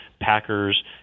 Packers